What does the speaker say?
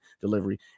delivery